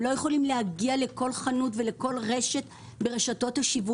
הם לא יכולים להגיע לכל חנות ולכל רשת ברשתות השיווק.